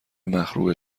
مخروبه